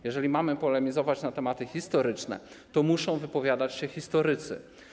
Jeżeli mamy polemizować na tematy historyczne, to muszą wypowiadać się historycy.